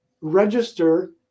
register